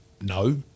no